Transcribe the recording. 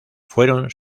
fueron